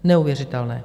Neuvěřitelné.